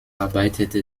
arbeitete